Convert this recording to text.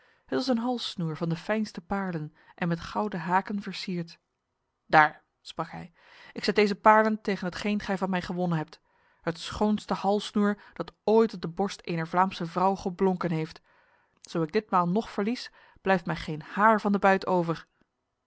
het was een halssnoer van de fijnste paarlen en met gouden haken versierd daar sprak hij ik zet deze paarlen tegen hetgeen gij van mij gewonnen hebt het schoonste halssnoer dat ooit op de borst ener vlaamse vrouw geblonken heeft zo ik ditmaal nog verlies blijft mij geen haar van de buit over